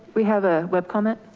we have a web comment.